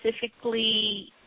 specifically